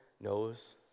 knows